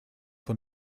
von